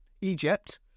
Egypt